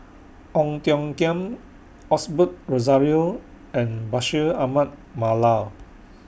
Ong Tiong Khiam Osbert Rozario and Bashir Ahmad Mallal